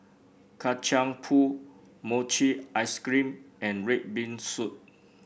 Kacang Pool Mochi Ice Cream and red bean soup